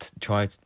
try